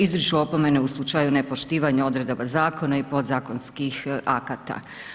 Izriču opomene u slučaju nepoštivanja odredaba zakona i podzakonskih akata.